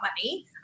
money